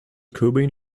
cobain